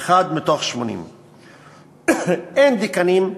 אחד מתוך 80. אין דיקנים.